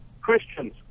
Christians